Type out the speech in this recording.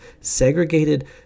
segregated